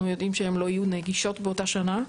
יודעים שהן לא יהיו נגישות באותה שנה,